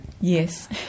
Yes